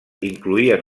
incloïen